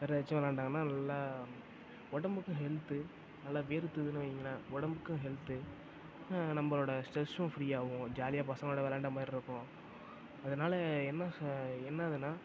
வேற ஏதாச்சும் விளையாண்டாங்கன்னா நல்லா உடம்புக்கு ஹெல்த்து நல்ல வேர்த்துதுனு வைங்களேன் உடம்புக்கும் ஹெல்த்து நம்மளோட ஸ்ட்ரெஸ்ஸும் ஃப்ரீ ஆகும் ஜாலியாக பசங்களோட விளையாண்ட மாதிரி இருக்கும் அதனால் என்ன என்னதுனா